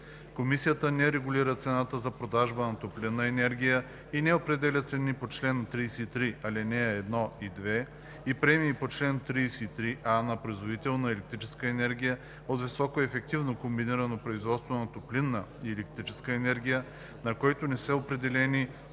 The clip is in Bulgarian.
Комисията не регулира цената за продажба на топлинна енергия и не определя цени по чл. 33, ал. 1 и 2 и премии по чл. 33а на производител на електрическа енергия от високоефективно комбинирано производство на топлинна и електрическа енергия, на който не са определяни